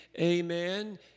amen